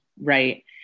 right